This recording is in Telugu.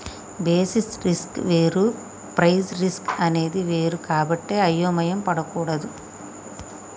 బేసిస్ రిస్క్ వేరు ప్రైస్ రిస్క్ అనేది వేరు కాబట్టి అయోమయం పడకూడదు